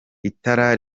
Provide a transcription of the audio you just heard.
itara